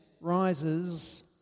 rises